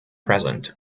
present